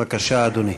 בבקשה, אדוני.